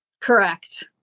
Correct